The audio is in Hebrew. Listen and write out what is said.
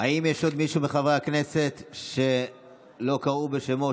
האם יש עוד מישהו מחברי הכנסת שלא קראו בשמו,